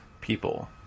people